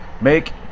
Make